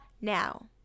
now